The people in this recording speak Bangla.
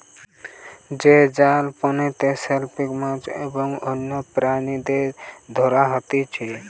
যে জাল পানিতে ফেলিকি মাছ এবং অন্যান্য প্রাণীদের ধরা হতিছে